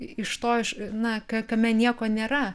iš to iš na ka kame nieko nėra